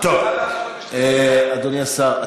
אדוני השר,